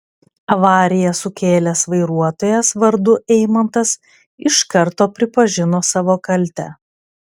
avariją sukėlęs vairuotojas vardu eimantas iš karto pripažino savo kaltę